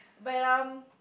but um